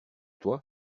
toi